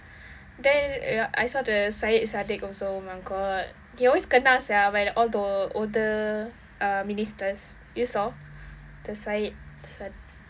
then ya I saw the syed saddiq also oh my god he always kena [sial] when all the older err ministers you saw the syed sad~